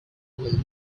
will